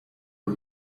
uru